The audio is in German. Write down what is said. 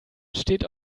steht